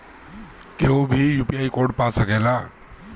केहू भी UPI code पा सकेला?